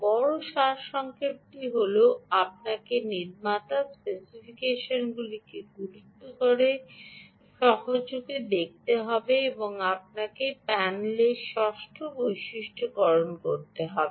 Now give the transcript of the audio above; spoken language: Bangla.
বড় সংক্ষিপ্তসারটি হল আপনাকে নির্মাতার স্পেসিফিকেশনটি গুরুত্ব সহকারে নিতে হবে এবং আপনাকে প্যানেলের ষষ্ঠ বৈশিষ্ট্যকরণ করতে হবে